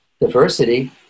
diversity